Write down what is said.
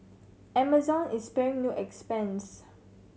amazon is sparing no expense